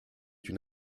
une